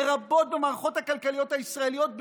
לרבות במערכות הכלכליות הישראליות,